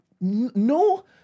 No